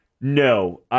No